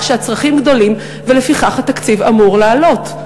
שהצרכים גדולים ולפיכך התקציב אמור לעלות?